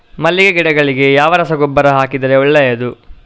ಮಲ್ಲಿಗೆ ಗಿಡಗಳಿಗೆ ಯಾವ ರಸಗೊಬ್ಬರ ಹಾಕಿದರೆ ಒಳ್ಳೆಯದು?